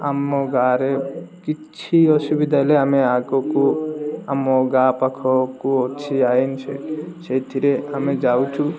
ଆମ ଗାଁରେ କିଛି ଅସୁବିଧା ହେଲେ ଆମେ ଆଗକୁ ଆମ ଗାଁ ପାଖକୁ ଅଛି ଆଇନ୍ ସେଇଥିରେ ଆମେ ଯାଉଛୁ